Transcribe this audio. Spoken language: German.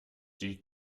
die